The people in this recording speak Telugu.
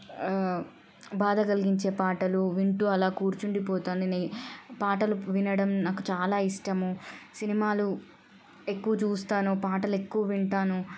బాధ కలిగించే పాటలు వింటూ అలా కూర్చుండిపోతానని పాటలు వినడం నాకు చాలా ఇష్టము సినిమాలు ఎక్కువ చూస్తాను పాటలు ఎక్కువ వింటాను